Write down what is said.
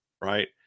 right